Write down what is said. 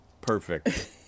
perfect